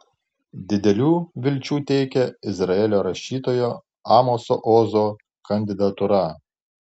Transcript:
didelių vilčių teikia izraelio rašytojo amoso ozo kandidatūra